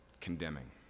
condemning